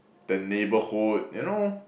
the neighbourhood you know